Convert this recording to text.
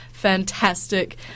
Fantastic